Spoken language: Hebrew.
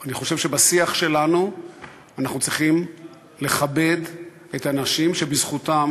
אני חושב שבשיח שלנו אנחנו צריכים לכבד את האנשים שבזכותם